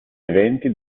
eventi